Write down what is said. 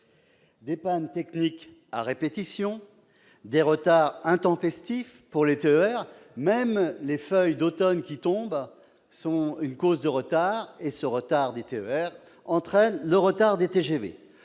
des pannes techniques à répétition, des retards intempestifs pour les TER- même les feuilles d'automne qui tombent sont une cause de retard, se répercutant sur les TGV